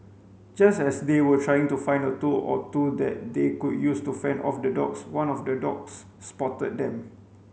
just as they were trying to find a tool or two that they could use to fend off the dogs one of the dogs spotted them